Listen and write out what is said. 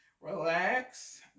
relax